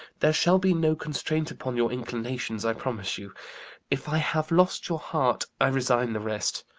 there shall be no constraint upon your inclinations, i promise you if i have lost your heart i resign the rest